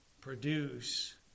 produce